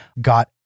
Got